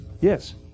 Yes